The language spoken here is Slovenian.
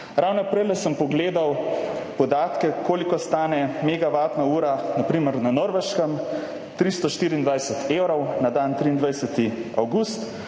Ravno prejle sem pogledal podatke, koliko stane megavatna ura na primer na Norveškem. 324 evrov na dan 23. avgust.